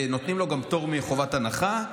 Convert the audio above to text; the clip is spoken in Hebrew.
ונותנים לו גם פטור מחובת הנחה.